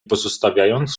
pozostawiając